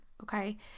Okay